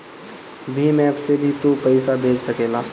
Bhim app से भी तू पईसा भेज सकेला